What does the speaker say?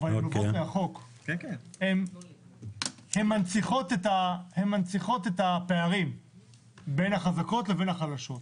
הן מנציחות את הפערים בין הרשויות החזקות לחלשות.